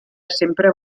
sempre